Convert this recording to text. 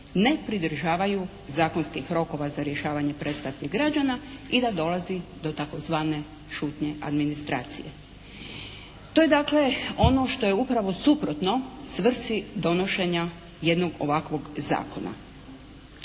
ne pridržavaju zakonskih rokova za rješavanje predstavki građana i da dolazi do tzv. šutnje administracije. To je dakle ono što je upravo suprotno svrsi donošenja jednog ovakvog zakona.